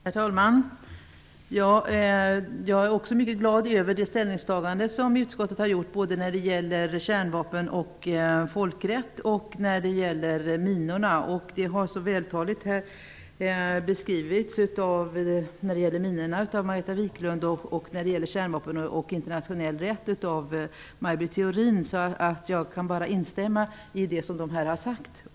Herr talman! Jag är också mycket glad över det ställningstagande som utskottet har gjort både när det gäller kärnvapen och folkrätt och när det gäller minorna. Minorna har så vältaligt beskrivits av Margareta Viklund och kärnvapen och internationell rätt av Maj Britt Theorin att jag kan instämma i det de har sagt.